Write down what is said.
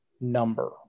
number